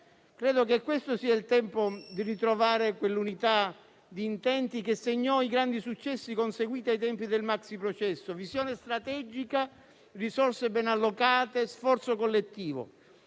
Credo che questo sia il tempo di ritrovare quell'unità di intenti che segnò i grandi successi conseguiti ai tempi del maxiprocesso: visione strategica, risorse ben allocate, sforzo collettivo.